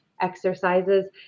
exercises